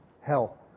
hell